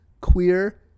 Queer